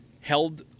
held